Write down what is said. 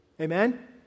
Amen